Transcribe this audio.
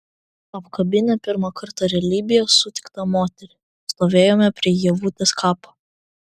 apkabinę pirmą kartą realybėje sutiktą moterį stovėjome prie ievutės kapo